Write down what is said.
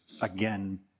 again